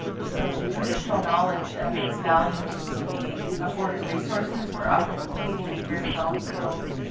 so traditional knowledge and its value needs to be afforded resources, we are often competing with very well healed